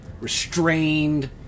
restrained